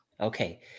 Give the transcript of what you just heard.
Okay